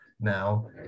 now